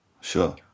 sure